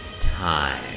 time